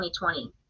2020